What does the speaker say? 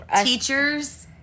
teachers